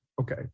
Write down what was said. okay